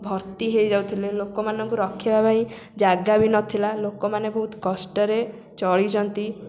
ଭର୍ତ୍ତି ହେଇଯାଉଥିଲେ ଲୋକମାନଙ୍କୁ ରଖିବା ପାଇଁ ଜାଗା ବି ନଥିଲା ଲୋକମାନେ ବହୁତ କଷ୍ଟରେ ଚଳିଛନ୍ତି